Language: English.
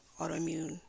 autoimmune